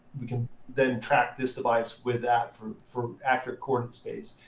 we can then track this device with that for for accurate coordinate space.